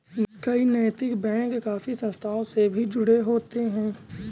कई नैतिक बैंक काफी संस्थाओं से भी जुड़े होते हैं